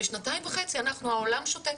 ושנתיים וחצי העולם שותק.